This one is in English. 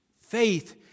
Faith